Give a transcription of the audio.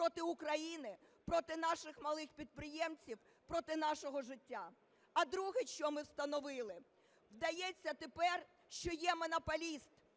проти України, проти наших малих підприємців, проти нашого життя. А друге, що ми встановили, вдається тепер, що є монополіст,